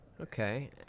Okay